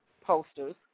posters